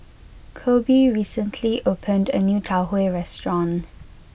Koby recently opened a new Tau Huay restaurant